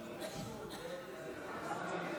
ההצבעה: בעד,